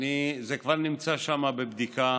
זה כבר נמצא שם בבדיקה,